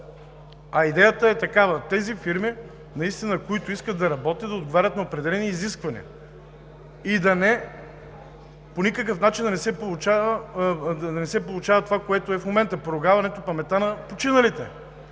Идеята е такава – тези фирми, които наистина искат да работят, да отговарят на определени изисквания и по никакъв начин да не се получава това, което е в момента – поругаването паметта на починалите